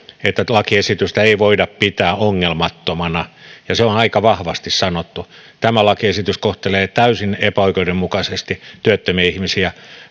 lakiesitystä ei voida pitää ongelmattomana ja se on aika vahvasti sanottu tämä lakiesitys kohtelee täysin epäoikeudenmukaisesti työttömiä ihmisiä